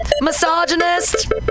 misogynist